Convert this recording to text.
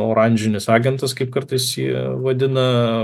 oranžinis agentas kaip kartais jie vadina